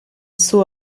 suo